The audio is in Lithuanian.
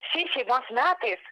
šiais šeimos metais